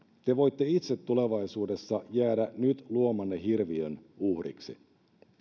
te voitte itse tulevaisuudessa jäädä nyt luomanne hirviön uhriksi